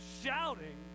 shouting